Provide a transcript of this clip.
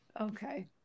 Okay